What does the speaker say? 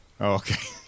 Okay